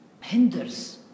hinders